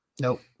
Nope